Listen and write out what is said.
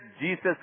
Jesus